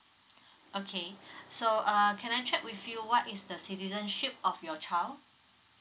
okay so err can I check with you what is the citizenship of your child